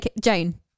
Jane